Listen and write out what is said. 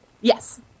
Yes